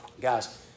Guys